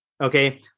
okay